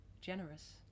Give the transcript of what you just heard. generous